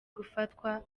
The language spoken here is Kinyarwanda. gufatwa